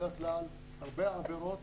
בדרך כלל הרבה עבירות,